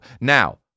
now